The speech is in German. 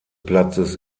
platzes